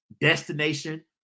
destination